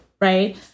right